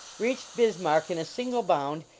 reached bismarck in a single bound,